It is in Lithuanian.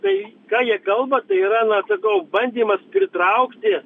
tai ką jie kalba tai yra na sakau bandymas pritraukti